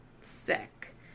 sick